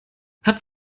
hat